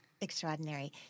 Extraordinary